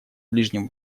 ближнем